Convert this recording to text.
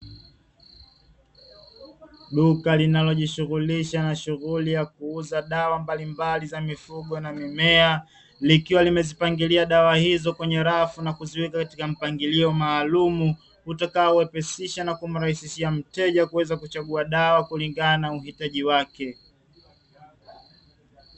Duka linalojishughulisha na shughuli ya kuuza dawa mbalimbali za mifugo na mimea, likiwa limezipangilia dawa hizo kwenye rafu na kuziweka katika mpangilio maalumu, utakaowepesisha na kumrahisishia mteja kuweza kuchagua dawa kulingana na uhitaji wake.